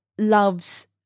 loves